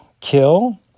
Kill